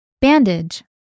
Bandage